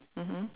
mmhmm